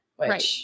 Right